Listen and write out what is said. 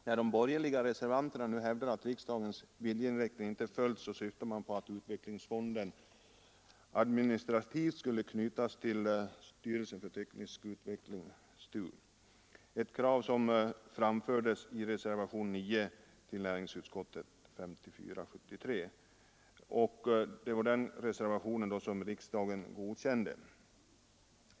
När de borgerliga reservanterna nu hävdar att riksdagens viljeinriktning inte följts syftar man på att utvecklingsfonden administrativt skulle knytas till styrelsen för teknisk utveckling — STU —, ett krav som framfördes i reservationen 9 till näringsutskottets betänkande 1973:54. Det var den reservationen som riksdagen godkände.